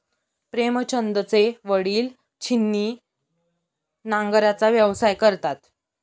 प्रेमचंदचे वडील छिन्नी नांगराचा व्यवसाय करतात